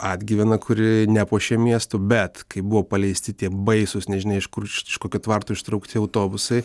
atgyvena kuri nepuošia miesto bet kai buvo paleisti tie baisūs nežinia iš kur iš kokio tvarto ištraukti autobusai